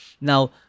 Now